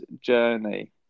journey